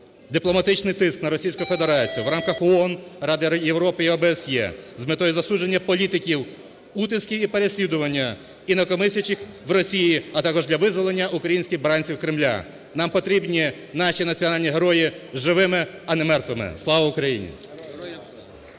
дипломатичний тиск на Російську Федерацію в рамках ООН, Ради Європи і ОБСЄ з метою засудження політики утисків і переслідування інакомислячих в Росії, а також для визволення українських бранців Кремля. Нам потрібні наші національні герої живими, а не мертвими. Слава Україні!